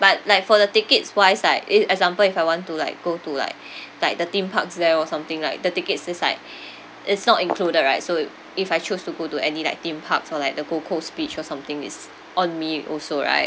but like for the tickets wise like if example if I want to like go to like like the theme parks there or something like the tickets is like it's not included right so uh if I choose to go to any like theme parks or like the gold coast beach or something it's on me also right